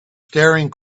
staring